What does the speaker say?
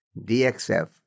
DXF